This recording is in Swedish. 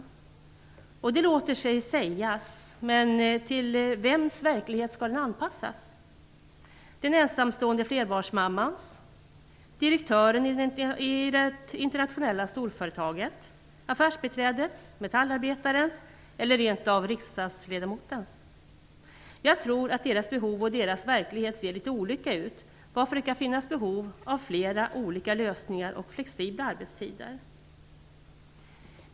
Det låter sig sägas, men till vems verklighet skall den anpassas? Är det till den ensamstående flerbarnsmammans, direktörens i det internationella storföretaget, affärsbiträdets, metallarbetarens eller rent av riksdagsledamotens? Jag tror att deras behov och deras verklighet ser litet olika ut, varför det kan finnas behov av flera olika lösningar och flexibla arbetstider.